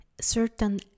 certain